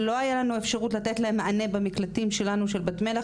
שלא הייתה לנו אפשרות לתת להן מענה במקלטים של בת מלך,